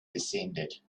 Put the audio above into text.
descended